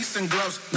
gloves